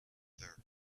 there